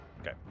Okay